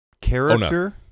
character